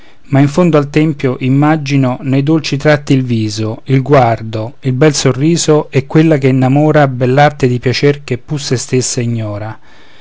ma in fondo al tempio immagino nei dolci tratti il viso il guardo il bel sorriso e quella che innamora bell'arte di piacere che pur se stessa ignora